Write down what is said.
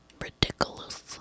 Ridiculous